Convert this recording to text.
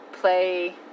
play